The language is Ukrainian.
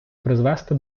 призвести